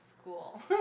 school